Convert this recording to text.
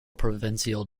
provincial